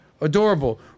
Adorable